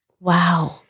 Wow